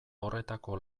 horretako